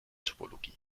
topologie